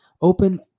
open